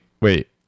Wait